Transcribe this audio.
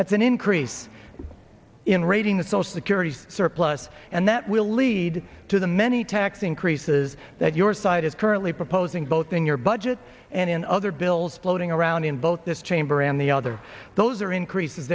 that's an increase in raiding the social security surplus and that will lead to the many tax increases that your side is currently proposing both in your budget and in other bills floating around in both this chamber and the other those are increases